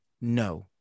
no